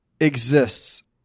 exists